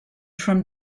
from